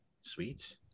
Sweet